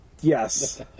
Yes